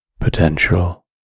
potential